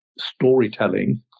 storytelling